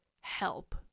help